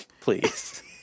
please